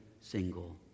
single